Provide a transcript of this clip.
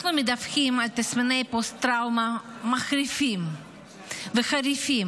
אנחנו מדווחים על תסמיני פוסט-טראומה מחריפים וחריפים,